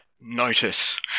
notice